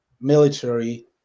military